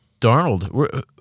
Darnold